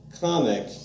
comic